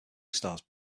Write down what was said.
stars